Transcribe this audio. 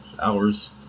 hours